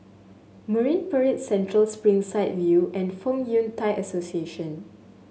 Marine Parade Central Springside View and Fong Yun Thai Association